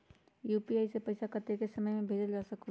UPI से पैसा कतेक समय मे भेजल जा स्कूल?